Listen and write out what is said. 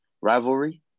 rivalry